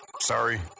Sorry